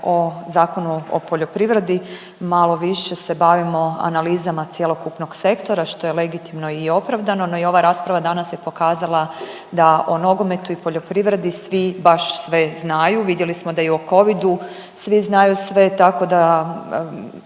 o Zakonu o poljoprivredi, malo više se bavimo analizama cjelokupnog sektora što je legitimno i opravdano, no i ova rasprava danas je pokazala da o nogometu i poljoprivredi svi baš sve znaju. Vidjeli smo da i o covidu svi znaju sve, tako da